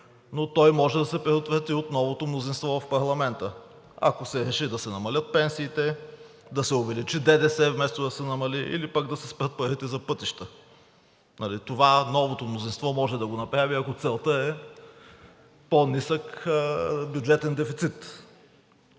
но той може да се предотврати от новото мнозинство в парламента, ако се реши да се намалят пенсиите, да се увеличи ДДС вместо да се намали или пък да се спрат парите за пътища. Това новото мнозинство може да го направи, ако целта е по-нисък бюджетен дефицит.